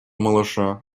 малыша